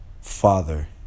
father